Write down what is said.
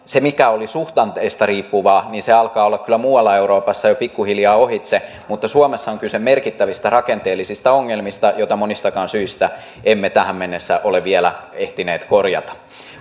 se mikä oli suhdanteista riippuvaa niin se alkaa olla kyllä muualla euroopassa jo pikkuhiljaa ohitse mutta suomessa on kyse merkittävistä rakenteellisista ongelmista joita monistakaan syistä emme tähän mennessä ole vielä ehtineet korjata